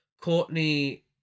Courtney